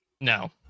No